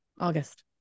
August